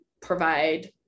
provide